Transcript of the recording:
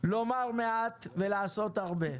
לומר מעט ולעשות הרבה.